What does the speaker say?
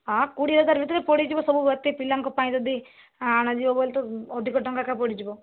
ହଁ କୋଡ଼ିଏ ହଜାର ଭିତରେ ପଡ଼ିଯିବ ସବୁ ଭର୍ତ୍ତି ପିଲାଙ୍କ ପାଇଁ ବି ଯଦି ଅଣାଯିବ ବୋଲି ତ ଅଧିକ ଟଙ୍କା ଏକା ପଡ଼ିଯିବ